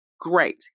Great